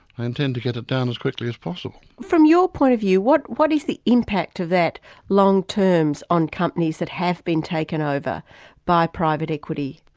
intend to get it down as quickly as possible. from your point of view, what what is the impact of that long-terms on companies that have been taken over by private equity?